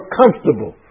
comfortable